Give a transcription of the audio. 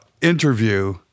interview